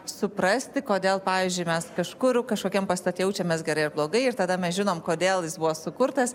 suprasti kodėl pavyzdžiui mes kažkur kažkokiam pastate jaučiamės gerai ar blogai ir tada mes žinom kodėl jis buvo sukurtas